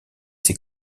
ses